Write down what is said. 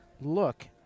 look